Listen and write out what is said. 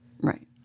Right